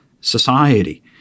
society